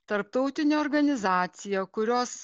tarptautinę organizaciją kurios